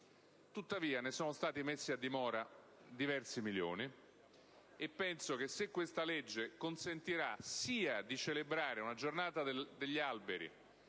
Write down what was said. Tuttavia, ne sono stati messi a dimora diversi milioni, e penso che, se questa legge consentirà sia di celebrare una giornata degli alberi